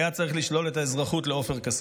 היה צריך לשלול את האזרחות לעופר כסיף.